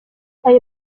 ayo